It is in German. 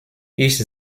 ich